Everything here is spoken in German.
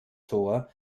tor